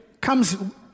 comes